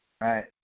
Right